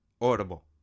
audible